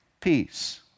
peace